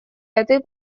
этой